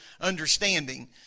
understanding